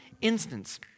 instance